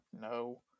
no